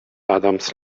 adams